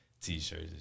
t-shirts